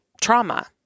trauma